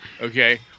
Okay